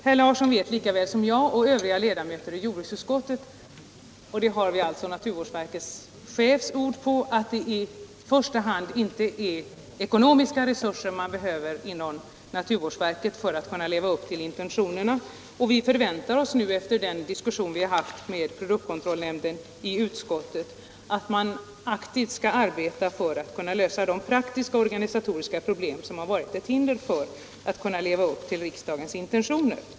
Herr Larsson vet lika bra som jag och övriga ledamöter i jordbruksutskottet — det har vi naturvårdsverkets chefs ord på — att det i första hand inte är ekonomiska resurser som naturvårdsverket behöver för att kunna leva upp till intentionerna i lagen. Efter den diskussion som vi nu har haft med produktkontrollnämnden i utskottet förväntar vi oss att man aktivt skall arbeta för att lösa de praktiska och organisatoriska problem som har varit ett hinder för verket att leva upp till riksdagens intentioner.